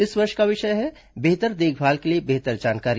इस वर्ष का विषय है बेहतर देखभाल के लिए बेहतर जानकारी